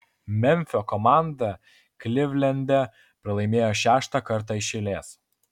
memfio komanda klivlende pralaimėjo šeštą kartą iš eilės